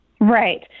Right